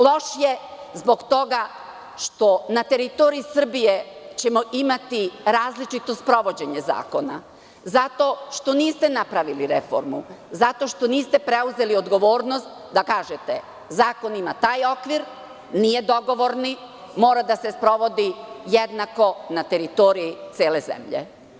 Loš je zbog toga što ćemo na teritoriji Srbije imati različito sprovođenje zakona, zato što niste napravili reformu, zato što niste preuzeli odgovornost da kažete – zakon ima taj okvir, nije dogovorni, mora da se sprovodi jednako na teritoriji cele zemlje.